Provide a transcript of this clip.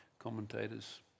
commentators